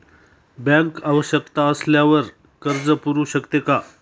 Bank आवश्यकता असल्यावर कर्ज पुरवू शकते का?